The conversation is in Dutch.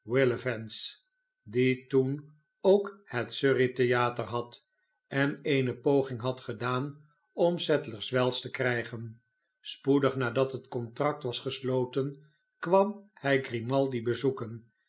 die toen ook het surrey theater had en eene poging had gedaan om sadlers wells te krijgen spoedig nadat het contract was gesloten kwam hij grimaldi bezoeken